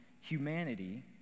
humanity